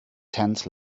tent